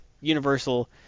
universal